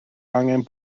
angen